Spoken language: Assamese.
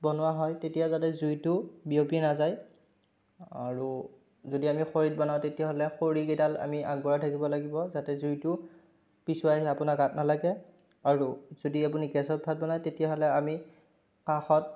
বনোৱা হয় তেতিয়া যাতে জুইটো বিয়পি নাযায় আৰু যদি আমি খৰিত বনাওঁ তেতিয়াহ'লে খৰিকেইডাল আমি আগবঢ়াই থাকিব লাগিব যাতে জুইটো পিছুৱাই আপোনাৰ গাত নালাগে আৰু যদি আপুনি গেছত ভাত বনাই তেতিয়াহ'লে আমি কাষত